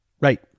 Right